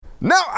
Now